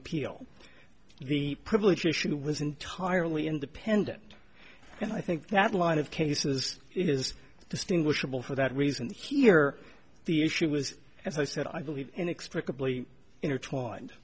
appeal the privilege issue was entirely independent and i think that line of cases is distinguishable for that reason here the issue was as i said i believe inexplicably intertwined